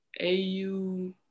AU